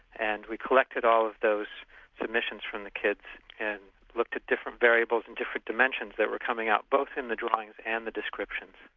and we collected all of those emissions from the kids, and looked at different variables and different dimensions that were coming up both in the drawings and the descriptions.